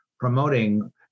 promoting